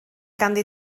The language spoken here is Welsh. ganddi